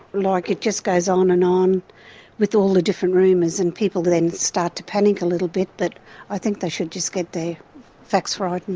like, it just goes on and on with all the different rumours. and people then start to panic a little bit. but i think they should just get their facts right and,